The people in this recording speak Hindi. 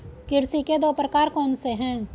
कृषि के दो प्रकार कौन से हैं?